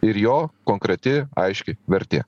ir jo konkreti aiški vertė